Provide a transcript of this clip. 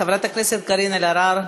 חברת הכנסת קארין אלהרר,